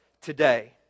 today